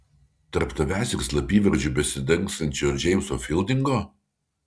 tarp tavęs ir slapyvardžiu besidangstančio džeimso fildingo